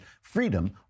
freedom